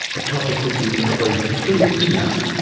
a topic we've been covering for three weeks now.